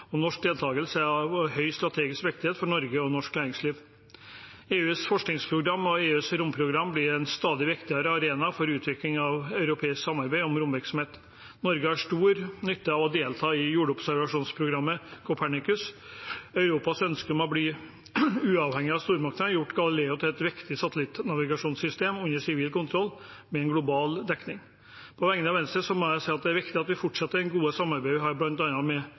og norsk deltakelse er av høy strategisk viktighet for Norge og norsk næringsliv. EUs forskningsprogram og EUs romprogram blir en stadig viktigere arena for utvikling av europeisk samarbeid om romvirksomhet. Norge har stor nytte av å delta i jordobservasjonsprogrammet Copernicus. Europas ønske om å bli uavhengig av stormaktene har gjort Galileo til et viktig satellittnavigasjonssystem under sivil kontroll med global dekning. På vegne av Venstre må jeg si at det er viktig at vi fortsetter det gode samarbeidet vi har bl.a. med